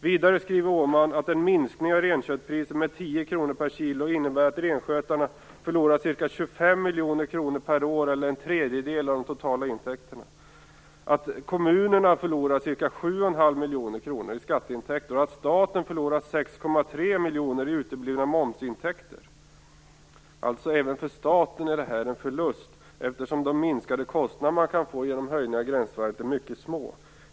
Vidare skriver Åhman att en minskning av renköttpriset med 10 kr per kilo innebär att renskötarna förlorar ca 25 miljoner kronor per år eller en tredjedel av de totala intäkterna, att kommunerna förlorar ca 7,5 miljoner kronor i skatteintäkter och att staten förlorar 6,3 miljoner i uteblivna momsintäkter. Även för staten är det här alltså en förlust eftersom de minskade kostnader man kan få genom en höjning av gränsvärdet är mycket små.